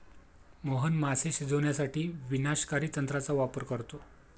मोहन मासे शिजवण्यासाठी विनाशकारी तंत्राचा वापर करतो